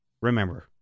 Remember